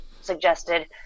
suggested